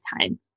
time